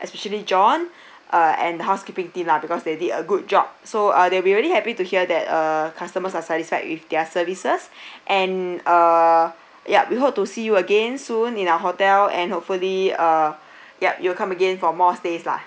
especially john uh and the housekeeping team lah because they did a good job so uh they'll be really happy to hear that uh customers are satisfied with their services and uh ya we hope to see you again soon in our hotel and hopefully uh yup you'll come again for more stays lah